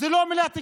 זו לא מילת גנאי.